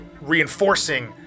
reinforcing